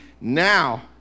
now